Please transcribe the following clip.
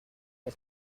for